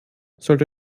sollte